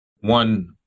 One